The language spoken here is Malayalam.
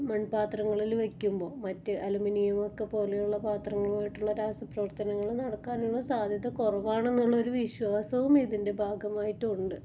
മൺപാത്രങ്ങളിൽ വെക്കുമ്പോൾ മറ്റു അലുമിനിയം ഒക്കെ പോലുള്ള പാത്രങ്ങളിലെ രാസപ്രവർത്തനങ്ങള് നടക്കാനുള്ള സാധ്യത കുറവാണെന്നുള്ള ഒരു വിശ്വാസവും ഇതിൻറ്റെ ഭാഗമായിട്ട് ഉണ്ട്